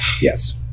yes